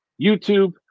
YouTube